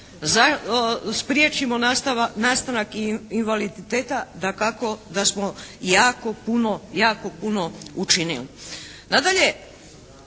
spriječimo nastanak invaliditeta dakako da smo jako puno učinili.